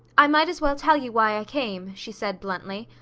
i might as well tell you why i came, she said bluntly.